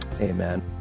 Amen